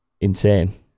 insane